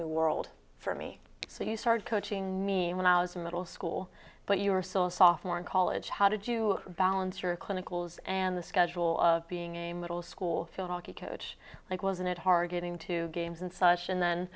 new world for me so you started coaching me when i was in middle school but you were sore software in college how did you balance your clinical zz and the schedule of being a middle school field hockey coach like wasn't it hard getting to games and such and then